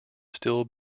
still